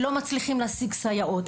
לא מצליחים להשיג סייעות.